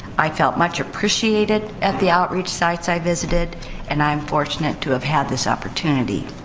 i felt much appreciated at the outreach sites i visited and i am fortunate to have had this opportunity.